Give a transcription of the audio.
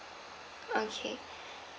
okay